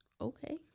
okay